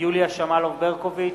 יוליה שמאלוב-ברקוביץ,